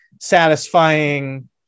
satisfying